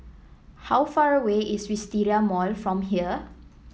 how far away is Wisteria Mall from here